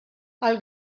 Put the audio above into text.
għall